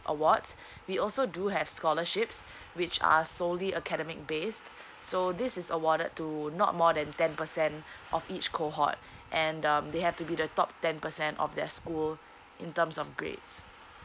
awards we also do have scholarships which are solely academic based so this is awarded to not more than ten percent off each cohort and um they have to be the top ten percent of their school in terms of grades